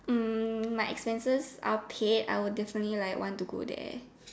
um my expenses are paid I would definitely like want to go there